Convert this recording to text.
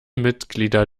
mitglieder